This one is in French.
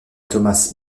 thomas